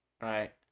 right